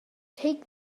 take